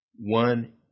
one